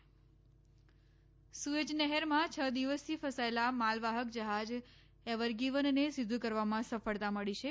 sewage નહેર Suez નહેરમાં છ દિવસથી ફસાયેલા માલવાહક જહાજ એવર ગીવન ને સીધું કરવામાં સફળતા મળી છે